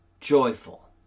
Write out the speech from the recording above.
joyful